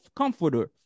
comforter